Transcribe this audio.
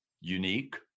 Unique